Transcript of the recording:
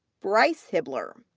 bryce hibbler,